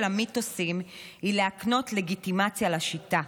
המיתוסים היא להקנות לגיטימציה לשיטה.